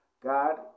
God